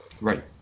Right